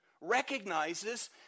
recognizes